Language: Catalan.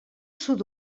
sud